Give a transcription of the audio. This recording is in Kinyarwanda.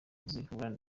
zihura